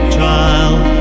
child